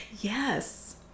yes